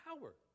power